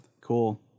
Cool